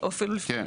או אפילו לפני?